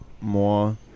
more